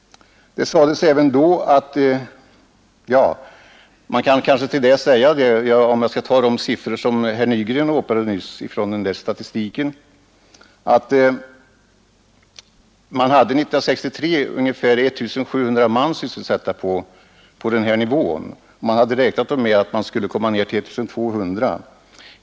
Enligt den statistik som herr Nygren åberopade hade man år 1963 ungefär 1 700 man sysselsatta på denna nivå. Man hade räknat med att få ned antalet till I 200.